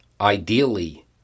Ideally